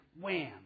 wham